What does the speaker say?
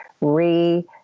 re